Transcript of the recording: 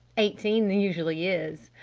eighteen usually is!